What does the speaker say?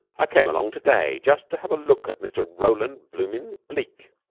i came along to-day, just to have a look at mr. roland blooming bleke,